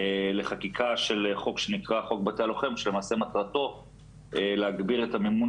לחקיקה של חוק שנקרא חוק בית הלוחם שלמעשה מטרתו היא להגביר את המימון